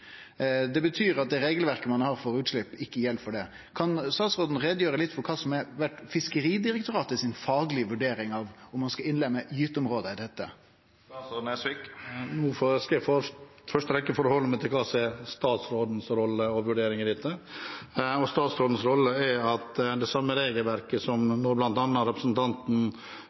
Det betyr at det regelverket ein har for utslepp, ikkje gjeld for det. Kan statsråden gjere litt greie for det som har vore Fiskeridirektoratets faglege vurdering av om ein skal innleme gyteområde i dette? Nå skal jeg i første rekke forholde meg til hva som er statsrådens rolle og vurderinger i dette, og det er det samme regelverket som gjelder for hvordan disse tingene skal gjøres, som da bl.a. representanten